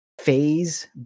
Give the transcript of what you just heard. phase